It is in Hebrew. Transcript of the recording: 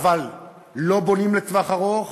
אבל לא בונים לטווח ארוך,